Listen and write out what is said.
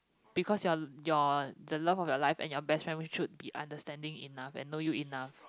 because your your the love of your life and your best friend should be understanding enough and know you enough